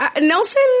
Nelson